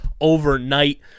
overnight